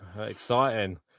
Exciting